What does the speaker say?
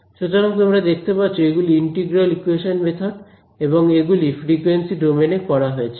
সুতরাং তোমরা দেখতে পাচ্ছ এগুলি ইন্টিগ্রাল ইকুয়েশন মেথড এবং এগুলি ফ্রিকোয়েন্সি ডোমেন এ করা হয়েছে